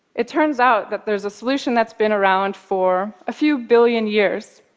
it turns out that there's a solution that's been around for a few billion years,